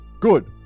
Good